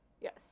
Yes